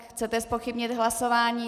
Chcete zpochybnit hlasování ?